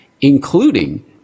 including